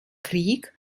krieg